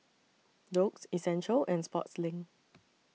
Doux Essential and Sportslink